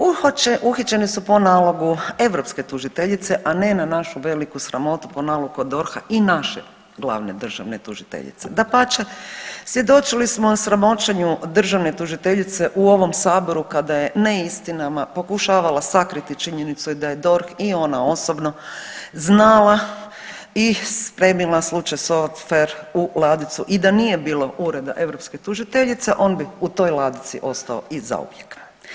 Uhićeni su po nalogu europske tužiteljice, a ne na našu veliku sramotu po nalogu DORH-a i naše glavne državne tužiteljice, dapače, svjedočili smo sramoćenju državne tužiteljice u ovom saboru kada je ne istinama pokušavala sakriti činjenicu da je DORH i ona osobno znala i spremila slučaj Softver u ladicu i da nije bilo Ureda europske tužiteljice on bi u toj ladici ostao i zauvijek.